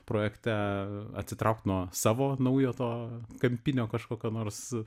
projekte atsitraukt nuo savo naujo to kampinio kažkokio nors